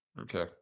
Okay